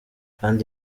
kandi